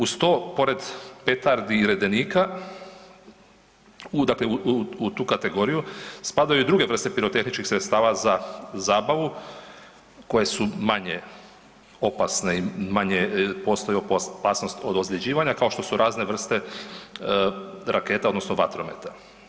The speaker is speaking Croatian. Uz to pored petardi i redenika, dakle u tu kategoriju spadaju i druge vrste pirotehničkih sredstava za zabavu koje su manje opasne i manje postoji opasnost od ozljeđivanja kao što su razne vrste raketa odnosno vatrometa.